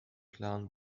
klaren